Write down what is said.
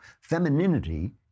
Femininity